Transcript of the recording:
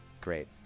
Great